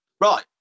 right